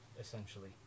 essentially